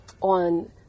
on